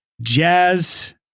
jazz